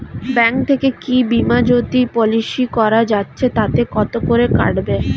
Bank থেকে কী বিমাজোতি পলিসি করা যাচ্ছে তাতে কত করে কাটবে?